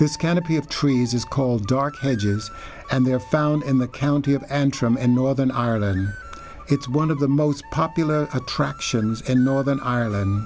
this canopy of trees is called dark pages and they are found in the county of antrim and northern ireland it's one of the most popular attractions in northern ireland